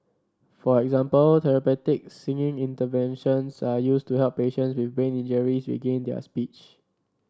for example therapeutic singing interventions are used to help patient with brain injuries regain their speech